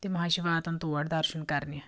تِم حظ چھِ واتان تور دَرشَن کَرنہِ